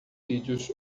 vídeos